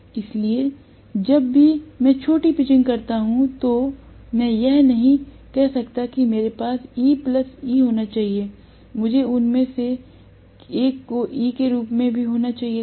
इसलिए जब भी मैं छोटी पिचिंग करता हूं तो मैं यह नहीं कह सकता कि मेरे पास EE होना चाहिए मुझे उनमें से एक को E के रूप में भी होना चाहिए था